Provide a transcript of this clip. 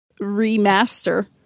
remaster